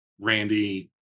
Randy